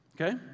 Okay